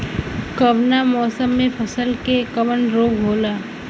कवना मौसम मे फसल के कवन रोग होला?